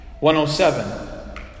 107